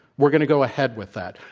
we're going to go ahead with that.